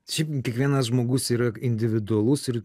šiaip kiekvienas žmogus yra individualus ir